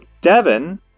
Devin